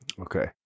Okay